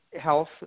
health